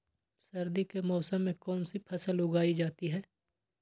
सर्दी के मौसम में कौन सी फसल उगाई जाती है?